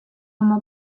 oma